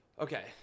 okay